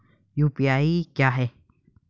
UPI क्या है?